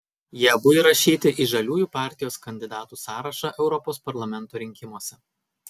jie abu įrašyti į žaliųjų partijos kandidatų sąrašą europos parlamento rinkimuose